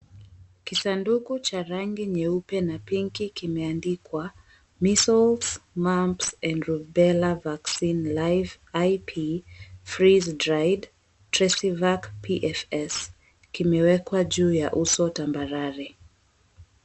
Kisanduku cha rangi nyeupe na pink kimeandikwa, Measles Maps And Rubella Vaccine Live IP Freeze Dried Tresvac Pfs, kimewekwa juu ya uso tambarare.